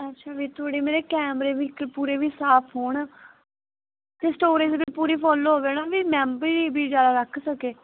ਅੱਛਾ ਫਿਰ ਥੋੜ੍ਹੀ ਮੇਰੇ ਕੈਮਰੇ ਵੀ ਇੱਕ ਪੂਰੇ ਵੀ ਸਾਫ ਹੋਣ ਅਤੇ ਸਟੋਰੇਜ ਅਗਰ ਪੂਰੀ ਫੁੱਲ ਹੋਵੇ ਨਾ ਵੀ ਮੈਂਬਰੀ ਵੀ ਜ਼ਿਆਦਾ ਰੱਖ ਸਕੇ